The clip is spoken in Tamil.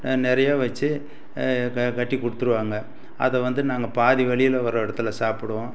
நிறைய வச்சு கட்டி கொடுத்துருவாங்க அதை வந்து நாங்கள் பாதி வழியில ஒரு இடத்துல சாப்பிடுவோம்